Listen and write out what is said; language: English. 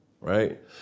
right